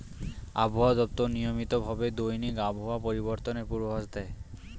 আবহাওয়া দপ্তর নিয়মিত ভাবে দৈনিক আবহাওয়া পরিবর্তনের পূর্বাভাস দেয়